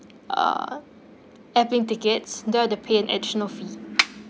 uh airplane tickets then I have to pay an additional fee